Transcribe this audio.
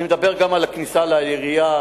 אני מדבר גם על הכניסה לעירייה,